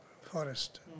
forest